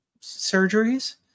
surgeries